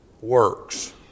works